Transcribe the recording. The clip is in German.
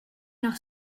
noch